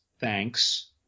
Thanks